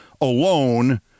alone